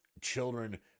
children